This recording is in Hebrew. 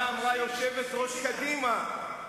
מה אמרה יושבת-ראש קדימה,